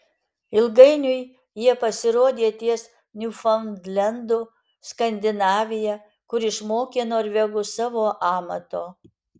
ilgainiui jie pasirodė ties niufaundlendu skandinavija kur išmokė norvegus savo amato